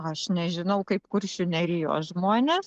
aš nežinau kaip kuršių nerijos žmonės